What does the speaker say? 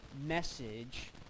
message